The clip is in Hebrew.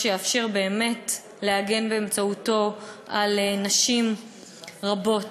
שיאפשר באמת להגן באמצעותו על נשים רבות.